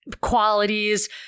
qualities